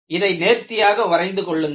இதை நேர்த்தியாக வரைந்து கொள்ளுங்கள்